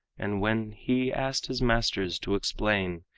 and when he asked his masters to explain,